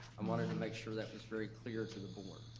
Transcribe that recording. um wanted to make sure that was very clear to the board.